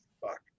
fuck